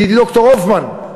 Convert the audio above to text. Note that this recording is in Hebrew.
ידידי ד"ר הופמן,